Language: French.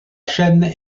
chaîne